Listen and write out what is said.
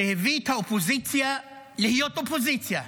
זה הביא את האופוזיציה להיות אופוזיציה,